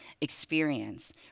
experience